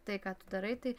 tai ką tu darai tai